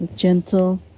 Gentle